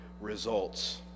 results